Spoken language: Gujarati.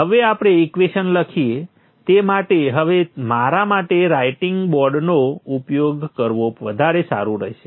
હવે આપણે ઇક્વેશન લખીએ તે માટે હવે મારા માટે રાઈટીંગ બોર્ડનો ઉપયોગ કરવો વધારે સારું રહેશે